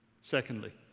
Secondly